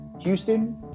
Houston